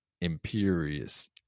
imperious